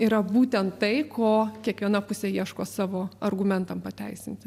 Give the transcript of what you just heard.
yra būtent tai ko kiekviena pusė ieško savo argumentam pateisinti